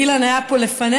אילן היה פה לפנינו,